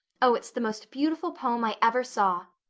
oh, it's the most beautiful poem i ever saw.